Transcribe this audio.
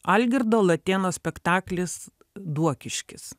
algirdo latėno spektaklis duokiškis